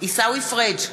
עיסאווי פריג'